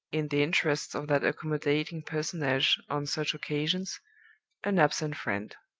in the interests of that accommodating personage on such occasions an absent friend.